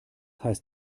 heißt